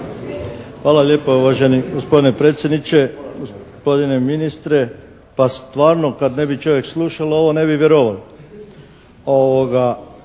Hvala lijepa uvaženi gospodine predsjedniče. Gospodine ministre pa stvarno kad ne bi čovjek slušal' ovo, ne bi vjeroval'